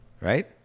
right